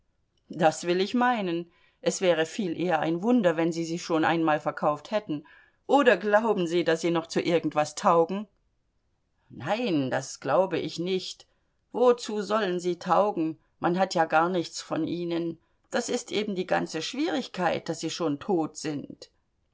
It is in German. das will ich meinen es wäre viel eher ein wunder wenn sie sie schon einmal verkauft hätten oder glauben sie daß sie noch zu irgend was taugen nein das glaube ich nicht wozu sollen sie taugen man hat ja gar nichts von ihnen das ist eben die ganze schwierigkeit daß sie schon tot sind